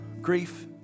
Grief